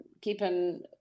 keeping